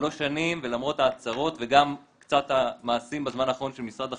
שלוש שנים ולמרות ההצהרות וגם קצת המעשים בזמן האחרון של משרד החינוך,